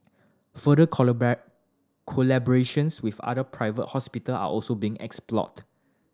further collaborations with other private hospital are also being explored